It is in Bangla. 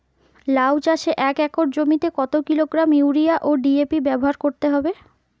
লাউ চাষে এক একর জমিতে কত কিলোগ্রাম ইউরিয়া ও ডি.এ.পি ব্যবহার করতে হবে?